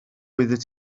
oeddet